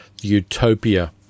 utopia